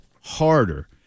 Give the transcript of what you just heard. harder